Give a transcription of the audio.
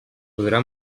podrà